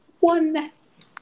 oneness